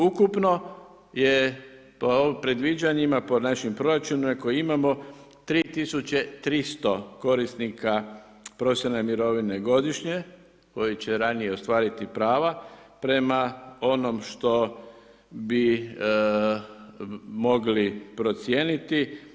Ukupno je po predviđanjima, po našim proračunima, koje imamo 330 korisnika profesionalne mirovine godišnje, koje će ranije ostvariti prava, prema onom što bi mogli procijeniti.